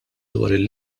dwar